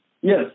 Yes